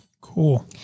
Cool